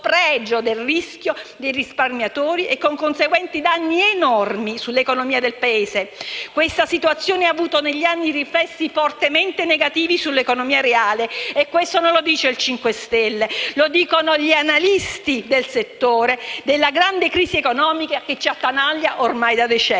del rischio dei risparmiatori e con conseguenti danni enormi sull'economia del Paese. Questa situazione ha avuto negli anni riflessi fortemente negativi sull'economia reale e questo non lo dice il Movimento 5 Stelle, ma lo dicono gli analisti del settore della grande crisi economica che ci attanaglia ormai da decenni.